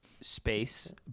space